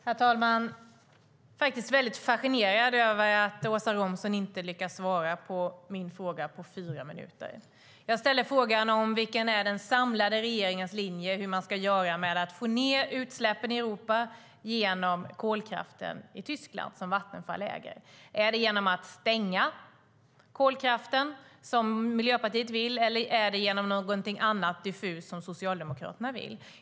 Herr talman! Jag är fascinerad över att Åsa Romson inte lyckas svara på min fråga på fyra minuter. Jag ställde frågan vilken den samlade regeringens linje är angående hur man ska göra för att få ned utsläppen i Europa genom kolkraften i Tyskland, som Vattenfall äger. Är det genom att stänga kolkraften, som Miljöpartiet vill, eller är det genom någonting annat och diffust, som Socialdemokraterna vill?